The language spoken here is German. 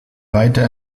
weiter